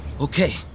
Okay